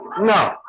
No